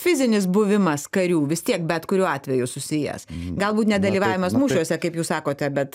fizinis buvimas karių vis tiek bet kuriuo atveju susijęs galbūt nedalyvavimas mūšiuose kaip jūs sakote bet